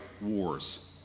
wars